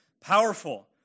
powerful